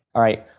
alright,